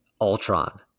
Ultron